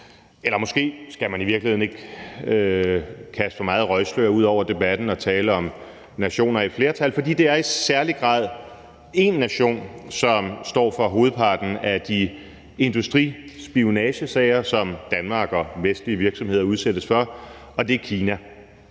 Måske skal man i virkeligheden ikke kaste for meget røgslør ud over debatten og tale om nationer i flertal, for det er i særlig grad én nation, som står for hovedparten af de industrispionagesager, som Danmark og vestlige virksomheder udsættes for, og det er Kina.